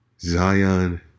Zion